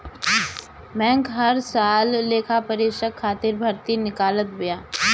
bank हर साल लेखापरीक्षक खातिर भर्ती निकालत बिया